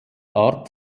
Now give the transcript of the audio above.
art